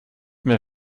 mehr